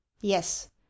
yes